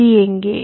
D எங்கே